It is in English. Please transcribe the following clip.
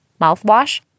mouthwash